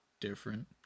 different